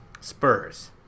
Spurs